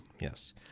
Yes